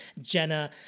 Jenna